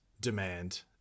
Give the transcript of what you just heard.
demand